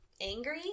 angry